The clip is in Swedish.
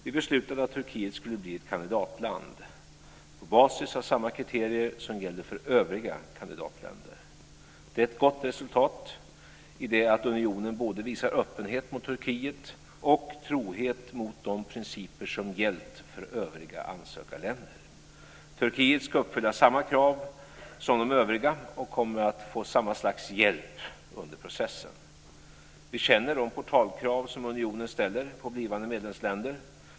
Vi beslutade att Turkiet skulle bli ett kandidatland på basis av samma kriterier som gäller för övriga kandidatländer. Det är ett gott resultat i det att unionen visar både öppenhet mot Turkiet och trohet mot de principer som har gällt för övriga ansökarländer. Turkiet ska uppfylla samma krav som de övriga och kommer att få samma slags hjälp under processen. Vi känner de portalkrav som unionen ställer på blivande medlemsländer.